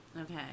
Okay